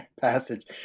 passage